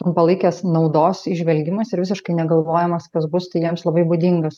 trumpalaikės naudos įžvelgimas ir visiškai negalvojimas kas bus tai jiems labai būdingas